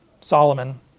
Solomon